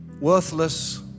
worthless